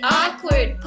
awkward